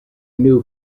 new